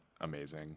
amazing